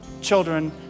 children